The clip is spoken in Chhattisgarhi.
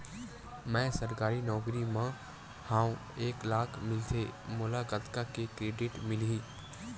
मैं सरकारी नौकरी मा हाव एक लाख मिलथे मोला कतका के क्रेडिट मिलही?